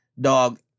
dog